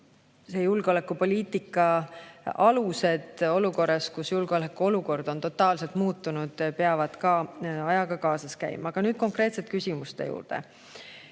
et julgeolekupoliitika alused peavad olukorras, kus julgeolekuolukord on totaalselt muutunud, ajaga kaasas käima. Aga nüüd konkreetsete küsimuste juurde.